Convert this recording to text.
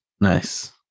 Nice